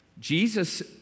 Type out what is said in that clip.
Jesus